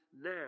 now